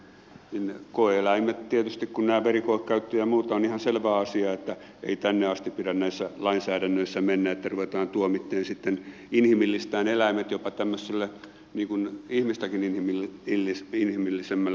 koe eläinten kohdalla tietysti kun on tämä verikoekäyttö ja muuta on ihan selvä asia ettei tänne asti pidä näissä lainsäädännöissä mennä että ruvetaan tuomitsemaan sitten inhimillistämään eläimet jopa tämmöiselle ihmistäkin inhimillisemmälle tasolle